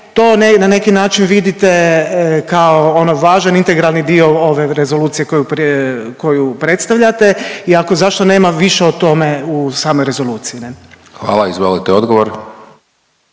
to na neki način vidite kao ono važan integralni dio ove rezolucije koju predstavljate? I ako, zašto nema više o tome u samoj rezoluciji. Ne? **Hajdaš